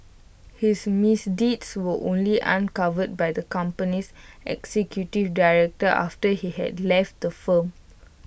his misdeeds were only uncovered by the company's executive director after he had left the firm